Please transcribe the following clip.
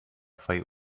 fight